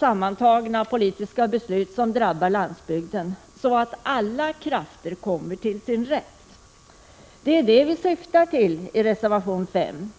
sammantagna effekterna av alla politiska beslut som drabbar landsbygden, så att alla krafter kommer till sin rätt. Det är det vi syftar till i reservation 5.